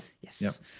Yes